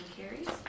carries